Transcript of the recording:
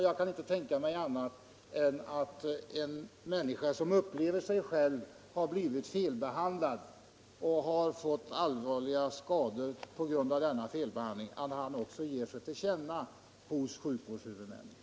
Jag kan inte tänka mig annat än att en människa som upplever sig själv ha blivit felbehandlad, och som har fått allvarliga skador på grund av denna felbehandling, också ger sig till känna hos sjukvårdshuvudmännen.